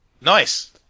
nice